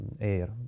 air